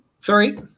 Sorry